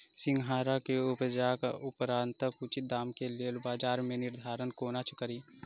सिंघाड़ा केँ उपजक उपरांत उचित दाम केँ लेल बजार केँ निर्धारण कोना कड़ी?